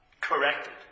corrected